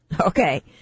Okay